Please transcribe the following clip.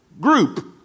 group